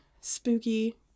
spooky